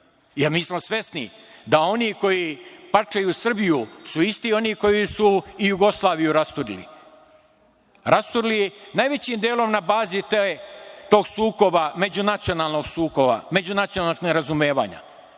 Jer, mi smo svesni da oni koji parčaju Srbiju su isti oni koji su i Jugoslaviju rasturili. Rasturili najvećim delom na bazi tog sukoba, međunacionalnog sukoba, međunacionalnog nerazumevanja. Ako